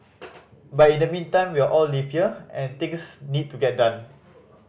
but in the meantime we all live here and things need to get done